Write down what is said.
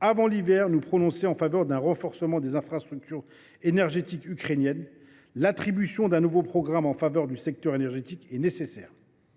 avant l’hiver, nous prononcer en faveur d’un renforcement des infrastructures énergétiques ukrainiennes. L’attribution d’un nouveau programme en faveur du secteur énergétique est nécessaire.